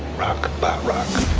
rock by rock.